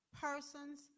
persons